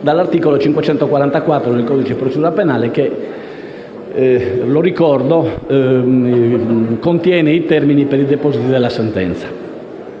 dall'articolo 544 del codice di procedura penale che, lo ricordo, contiene i termini per i depositi della sentenza.